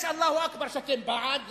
יש "אללה אכבר" שאתם בעד,